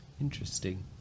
interesting